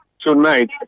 tonight